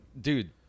dude